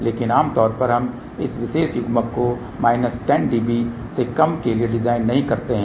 लेकिन आमतौर पर हम इस विशेष युग्मक को माइनस 10 dB से कम के लिए डिज़ाइन नहीं करते हैं